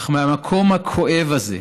אך מהמקום הכואב הזה,